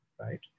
right